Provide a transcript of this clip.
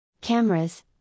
Cameras